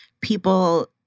people